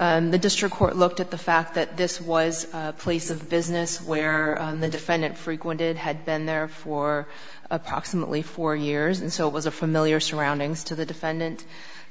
and the district court looked at the fact that this was a place of business where the defendant frequented had been there for approximately four years and so it was a familiar surroundings to the defendant